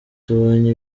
tubonye